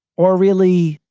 or, really,